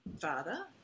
father